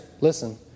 Listen